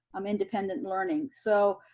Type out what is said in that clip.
um independent learning. so,